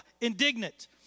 indignant